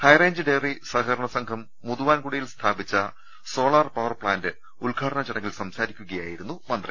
high range dairy സഹകരണ സംഘം മുതുവാൻകുടിയിൽ സ്ഥാപിച്ച സോളാർ പവർ പ്ലാന്റ് ഉദ്ഘാടന ചടങ്ങിൽ സംസാരിക്കുകയായിരുന്നു മന്ത്രി